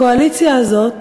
הקואליציה הזאת